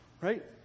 Right